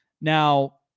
Now